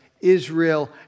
Israel